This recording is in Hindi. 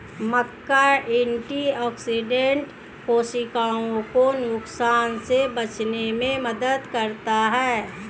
मक्का एंटीऑक्सिडेंट कोशिकाओं को नुकसान से बचाने में मदद करता है